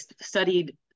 studied